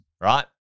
right